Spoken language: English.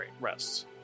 rests